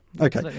Okay